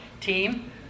team